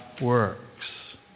works